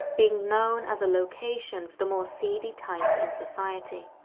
being known as a location for the more seedy types in society.